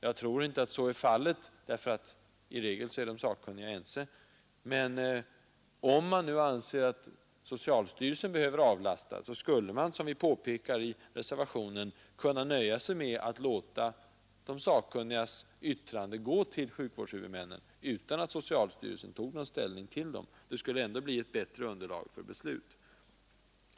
Jag tror inte att så är fallet, ty i regel är de sakkunniga ense. Men om man nu anser att socialstyrelsen behöver avlastas skulle man, som vi påpekar i reservationen, kunna nöja sig med att låta de sakkunnigas yttrande gå till sjukvårdshuvudmännen utan att socialstyrelsen tog någon ställning. Det skulle ändå bli ett bättre underlag för beslut.